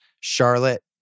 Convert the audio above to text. Charlotte